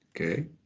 Okay